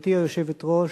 גברתי היושבת-ראש,